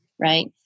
right